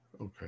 Okay